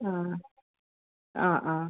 ആ ആ ആ